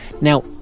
Now